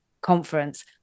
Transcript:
conference